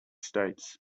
states